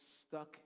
stuck